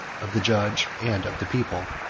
of the judge, and of the people.